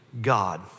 God